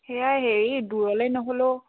সেয়াই হেৰি দূৰলৈ নহ'লেও